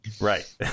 Right